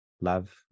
love